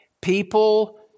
People